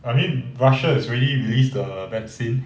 I mean russia is really released the vaccine